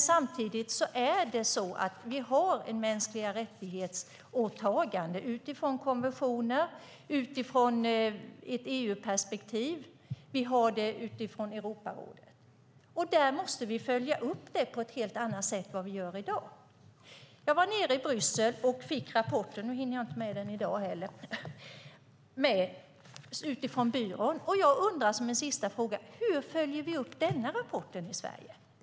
Samtidigt har vi åtaganden vad gäller grundläggande mänskliga rättigheter utifrån konventioner, utifrån ett EU-perspektiv, utifrån Europarådet. Dem måste vi följa upp på ett helt annat sätt än i dag. Jag var i Bryssel och fick av EU:s byrå för grundläggande rättigheter deras rapport gällande strategi och handlingsplan. Hur följer vi upp den rapporten i Sverige?